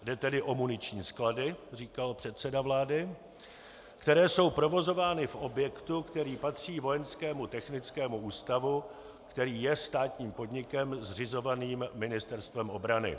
Jde tedy o muniční sklady, říkal předseda vlády, které jsou provozovány v objektu, který patří Vojenskému technickému ústavu, který je státním podnikem zřizovaným Ministerstvem obrany.